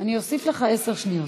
אני אוסיף לך עשר שניות.